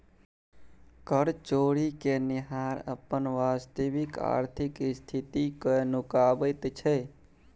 कर चोरि केनिहार अपन वास्तविक आर्थिक स्थिति कए नुकाबैत छै